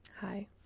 Hi